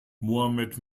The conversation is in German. mohammed